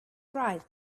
right